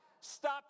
stop